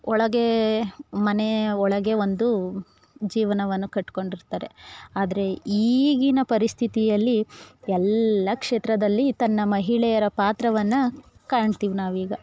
ಒಳಗೇ ಮನೆಯ ಒಳಗೆ ಒಂದು ಜೀವನವನ್ನು ಕಟ್ಕೊಂಡಿರ್ತಾರೆ ಆದರೆ ಈಗಿನ ಪರಿಸ್ಥಿತಿಯಲ್ಲಿ ಎಲ್ಲ ಕ್ಷೇತ್ರದಲ್ಲಿ ತನ್ನ ಮಹಿಳೆಯರ ಪಾತ್ರವನ್ನು ಕಾಣ್ತೀವಿ ನಾವೀಗ